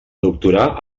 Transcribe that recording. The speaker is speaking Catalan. doctorar